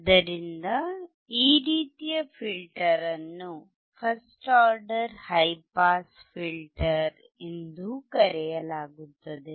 ಆದ್ದರಿಂದ ಈ ರೀತಿಯ ಫಿಲ್ಟರ್ ಅನ್ನು first order high pass filter ಎಂದೂ ಕರೆಯಲಾಗುತ್ತದೆ